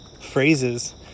phrases